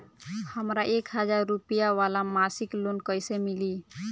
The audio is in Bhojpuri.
हमरा एक हज़ार रुपया वाला मासिक लोन कईसे मिली?